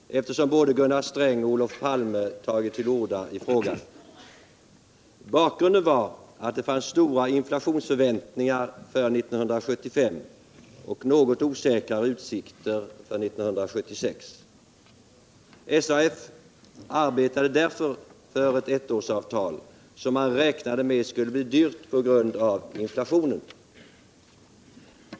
Herr talman! 1975 års avtal måste vara en het potatis för socialdemokratin, eftersom både Gunnar Sträng och Olof Palme tagit till orda i frågan. Bakgrunden var att det fanns stora inflationsförväntningar för 1975 och något osäkrare utsikter för 1976. SAF arbetade därför för ett ettårsavtal, som man räknade med skulle bli dyrt på grund av inflationen.